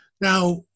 Now